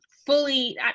fully